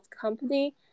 company